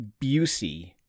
Busey